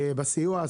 בסיוע.